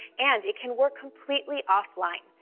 and it can work completely off-line,